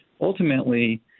ultimately